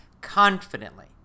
confidently